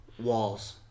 walls